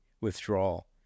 withdrawal